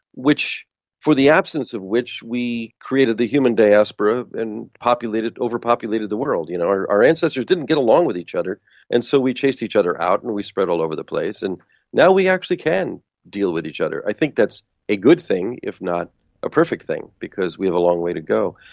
which for the absence of which we created the human diaspora and overpopulated overpopulated the world. you know our our ancestors didn't get along with each other and so we chased each other out and we spread all over the place, and now we actually can deal with each other. i think that's a good thing if not a perfect thing, because we've a long way to go.